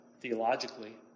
theologically